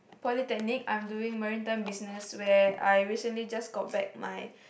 polytechnic I'm doing marine time business where I recently just got back my